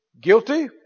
Guilty